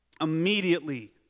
Immediately